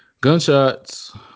gunshots